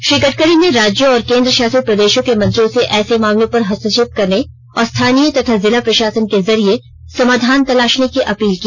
श्री गडकरी ने राज्यों और केंद्र शासित प्रदेशों के मंत्रियों से ऐसे मामलों पर हस्तक्षेप करने और स्थानीय तथा जिला प्रशासन के जरिए समाधान तलाशने की अपील की